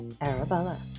Arabella